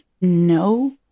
no